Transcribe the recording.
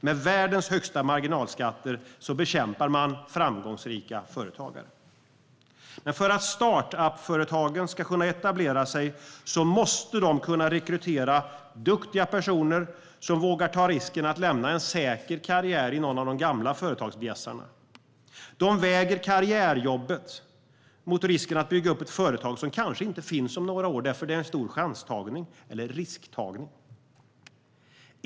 Med världens högsta marginalskatter bekämpar man framgångsrika företagare. För att startup-företagen ska kunna etablera sig måste de kunna rekrytera duktiga personer som vågar ta risken att lämna en säker karriär i någon av de gamla företagsbjässarna. De väger karriärjobbet mot risken att bygga upp ett företag som kanske inte finns om några år därför att det är en stor chanstagning eller risktagning.